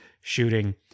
shooting